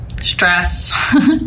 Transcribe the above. stress